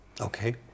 Okay